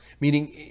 meaning